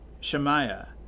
Shemaiah